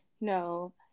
no